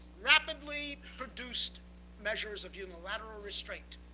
rapidly produced measures of unilateral restraint,